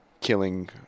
killing